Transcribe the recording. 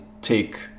take